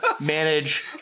manage